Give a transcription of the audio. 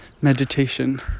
meditation